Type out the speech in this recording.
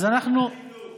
ועדת החינוך.